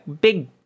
big